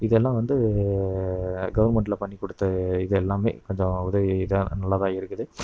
இதெல்லாம் வந்து கவர்மெண்டில் பண்ணிக் கொடுத்த இது எல்லாமே கொஞ்சம் உதவி இதாக நல்லாதான் இருக்குது